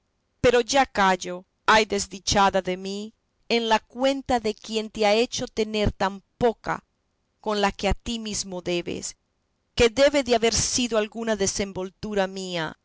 pero ya cayo ay desdichada de mí en la cuenta de quién te ha hecho tener tan poca con lo que a ti mismo debes que debe de haber sido alguna desenvoltura mía